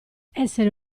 essere